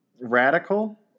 Radical